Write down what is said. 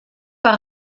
par